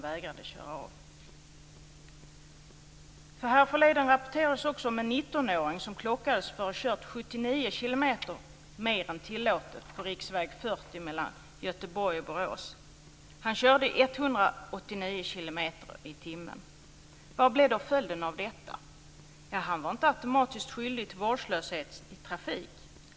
Härförleden rapporterades också om en 19-åring som klockades för att ha kört 79 kilometer i timmen mer än tillåtet på riksväg 40 mellan Göteborg och Borås. Han körde i 189 kilometer i timmen. Vad blev då följden av detta? Ja, han var inte automatiskt skyldig till vårdslöshet i trafik.